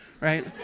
right